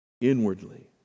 Inwardly